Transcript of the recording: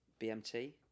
BMT